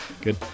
good